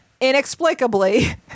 inexplicably